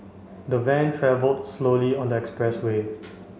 the van travelled slowly on the expressway